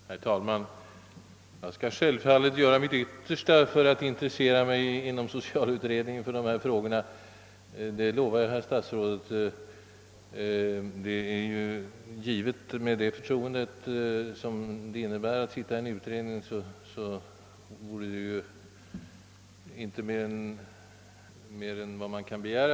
Herr talman! Självfallet kommer jag att göra mitt yttersta för att intressera mig för dessa frågor i socialutredningen, det lovar jag. Det är inte mer in man kan begära med hänsyn till det förtroende som det innebär att sitta med i en utredning.